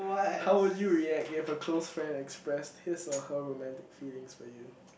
how would you react if a close friend express his or her romantic feelings for you